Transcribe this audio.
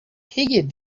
higgins